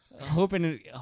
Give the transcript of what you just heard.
Hoping